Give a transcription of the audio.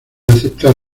aceptar